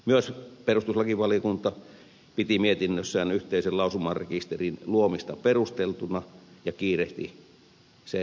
myös perustuslakivaliokunta piti mietinnössään yhteisen lausumarekisterin luomista perusteltuna ja kiirehti sen käyttöönottoa